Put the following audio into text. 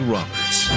Roberts